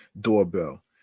doorbell